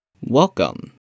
Welcome